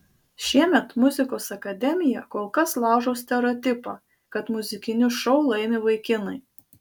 šiemet muzikos akademija kol kas laužo stereotipą kad muzikinius šou laimi vaikinai